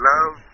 Love